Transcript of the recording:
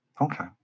Okay